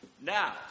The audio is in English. Now